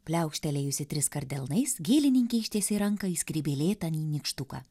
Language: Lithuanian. pliaukštelėjusi triskart delnais gėlininkė ištiesė ranką į skrybėlėtąjį nykštuką